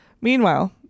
Meanwhile